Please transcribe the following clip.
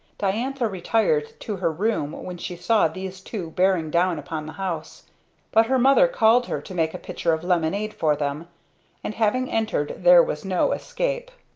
diantha retired to her room when she saw these two bearing down upon the house but her mother called her to make a pitcher of lemonade for them and having entered there was no escape.